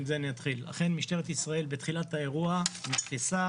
אכן משטרת ישראל בתחילת האירוע נתפסה